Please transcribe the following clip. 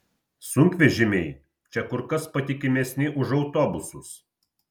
sunkvežimiai čia kur kas patikimesni už autobusus